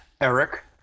Eric